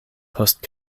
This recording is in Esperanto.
post